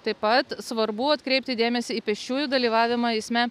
taip pat svarbu atkreipti dėmesį į pėsčiųjų dalyvavimą eisme